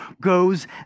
goes